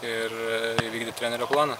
ir įvykdyt trenerio planą